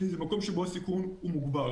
הוא מקום שבו הסיכון מוגבר.